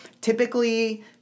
typically